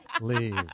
Leave